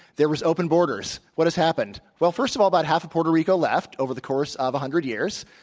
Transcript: there was open borders. what has happened? well, first of all, about half of puerto rico left over the course of a hundred years.